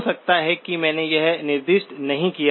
हो सकता है कि मैंने यह निर्दिष्ट नहीं किया